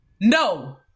No